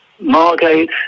Margate